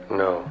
no